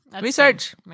research